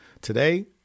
Today